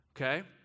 Okay